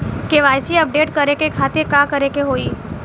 KYC update करे के खातिर का करे के होई?